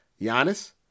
Giannis